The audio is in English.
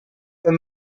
for